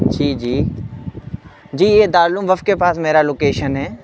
جی جی جی یہ دارالعلوم وقف کے پاس میرا لوکیشن ہے